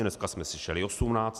Dneska jsme slyšeli 18.